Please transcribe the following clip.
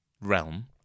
realm